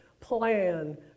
plan